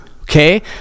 Okay